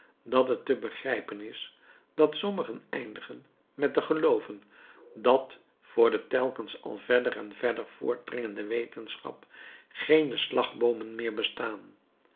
dat het te begrijpen is dat sommigen eindigen met te gelooven dat voor de telkens al verder en verder voortdringende wetenschap geene slagboomen meer bestaan